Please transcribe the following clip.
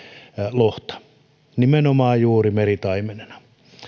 lohta nimenomaan juuri meritaimenena